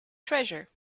treasure